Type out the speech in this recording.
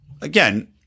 again